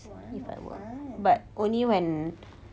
!wah! fine